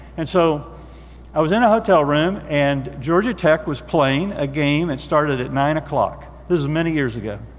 and so i was in a hotel room and georgia tech was playing a game and it started at nine o'clock. this is many years ago.